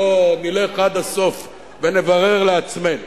בואו נלך עד הסוף ונברר לעצמנו.